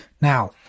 Now